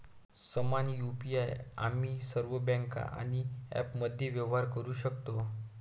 समान यु.पी.आई आम्ही सर्व बँका आणि ॲप्समध्ये व्यवहार करू शकतो